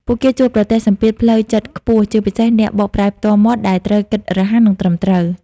ពួកគេជួបប្រទះសម្ពាធផ្លូវចិត្តខ្ពស់ ជាពិសេសអ្នកបកប្រែផ្ទាល់មាត់ ដែលត្រូវគិតរហ័ស និងត្រឹមត្រូវ។